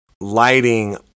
lighting